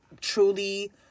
truly